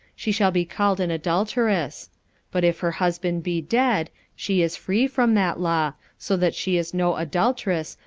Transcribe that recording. she shall be called an adulteress but if her husband be dead, she is free from that law so that she is no adulteress,